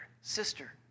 sister